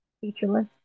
featureless